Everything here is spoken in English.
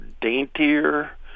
daintier